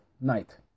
night